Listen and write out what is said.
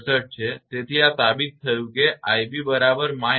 તેથી આ સાબિત થયું છે કે 𝑖𝑏 બરાબર −𝜌𝑖𝑓 છે અને 𝜏 બરાબર 𝜌1 છે